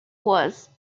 was